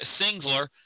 Singler –